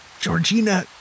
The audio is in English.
Georgina